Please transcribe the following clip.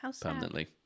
permanently